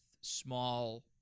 small